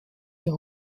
der